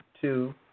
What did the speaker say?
two